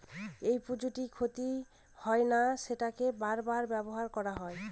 যেই পুঁজিটি ক্ষতি হয় না সেটাকে বার বার ব্যবহার করা হয়